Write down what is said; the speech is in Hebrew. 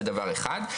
זה דבר אחד.